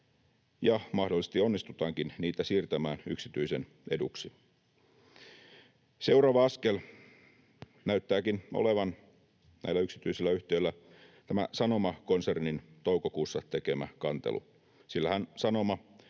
ja mahdollisesti onnistutaankin niitä siirtämään yksityisen eduksi. Seuraava askel näyttääkin olevan näillä yksityisillä yhtiöillä tämä Sanoma-konsernin toukokuussa tekemä kantelu. Sillähän Sanoma